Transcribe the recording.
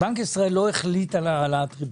בנק ישראל לא החליט על העלאת ריבית.